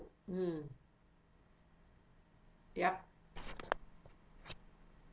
mm yup